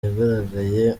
yagaragaye